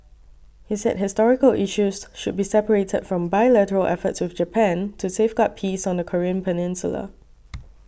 he said historical issues should be separated from bilateral efforts with Japan to safeguard peace on the Korean peninsula